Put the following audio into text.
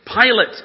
Pilate